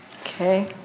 Okay